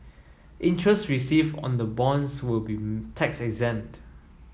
interest received on the bonds will be tax exempt